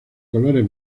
colores